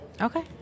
Okay